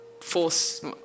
force